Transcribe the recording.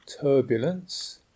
turbulence